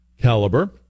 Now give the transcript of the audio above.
caliber